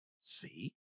see